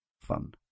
fun